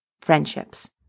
friendships